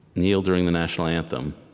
kneel during the national anthem,